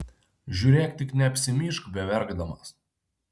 žiūrėk tik neapsimyžk beverkdamas